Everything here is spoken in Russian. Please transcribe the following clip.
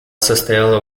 состояла